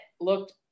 looked